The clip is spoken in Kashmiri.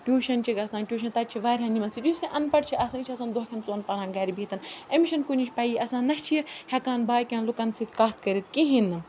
ٹیوٗشَن چھِ گژھان ٹیوٗشَن تَتہِ چھِ واریاہَن یِمَن سۭتۍ یُس یہِ اَن پَڑھ چھِ آسان یہِ چھِ آسان دۄہ کٮ۪ن ژۄن پہرَن گَرِ بِہِتھ أمِس چھِنہٕ کُنِچ پَیی آسان نہ چھِ یہِ ہٮ۪کان باقٕیَن لُکَن سۭتۍ کَتھ کٔرِتھ کِہیٖنۍ نہٕ